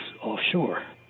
offshore